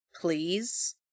Please